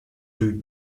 rue